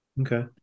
Okay